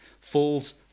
falls